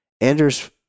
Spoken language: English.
Anders